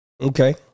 okay